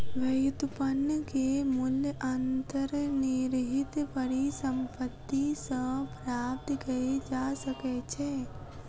व्युत्पन्न के मूल्य अंतर्निहित परिसंपत्ति सॅ प्राप्त कय जा सकै छै